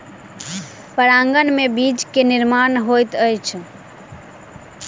परागन में बीज के निर्माण होइत अछि